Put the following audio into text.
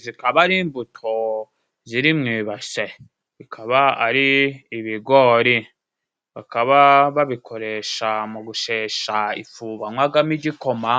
Zikaba ari imbuto ziri mu ibase ikaba ari ibigori bakaba babikoresha mu gushesha ifu banywagamo igikoma